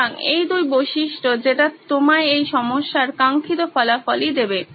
সুতরাং এই দুই বৈশিষ্ট্য যেটা তোমায় এই সমস্যার কাঙ্খিত ফলাফল ই দেবে